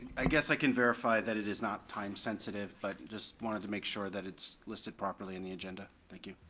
i guess i can verify that it is not time sensitive, but just wanted to make sure that it's listed properly in the agenda. thank you.